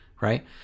right